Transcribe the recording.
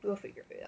we'll figure it